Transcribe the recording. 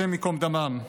השם ייקום דמם.